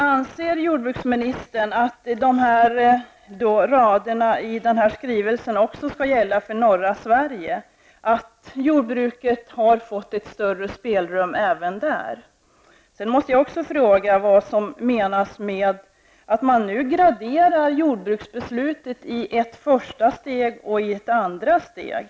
Anser jordbruksministern att dessa rader ur denna skrivelse också gäller för norra Sverige, dvs. att jordbruket har fått ett större spelrum även där? Jag måste också fråga vad som menas med att man nu graderar jordbruksbeslutet i ett första steg och ett andra steg.